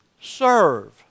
serve